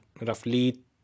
roughly